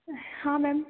हाँ मैम